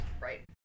Right